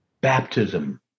baptism